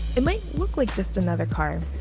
it might look like just another car,